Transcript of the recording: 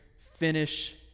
finish